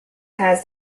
has